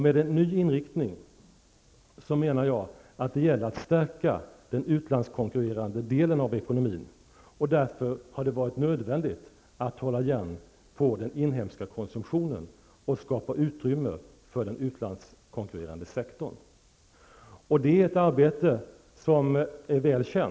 Med en ny inriktning menar jag att det gäller att stärka den utlandskonkurrerande delen av ekonomin. Det har därför varit nödvändigt att hålla igen på den inhemska konsumtionen och skapa utrymme för den utlandskonkurrerande sektorn. Det är ett arbete som är väl känt.